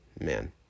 man